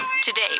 Today